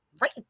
right